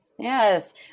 yes